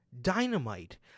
Dynamite